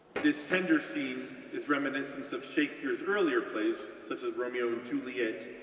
this tender scene is reminiscent of shakespeare's earlier plays, such as romeo and juliet,